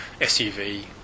SUV